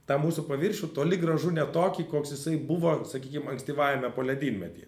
tą mūsų paviršių toli gražu ne tokį koks jisai buvo sakykim ankstyvajame poledynmetyje